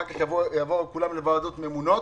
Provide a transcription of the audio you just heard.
אחר כך יעברו כולם להיות עם ועדות ממונות.